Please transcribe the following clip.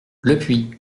lepuix